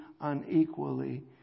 unequally